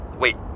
Wait